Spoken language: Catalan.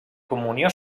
comunió